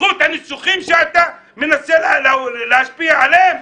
בזכות הניסוחים שאתה מנסה להשפיע עליהם?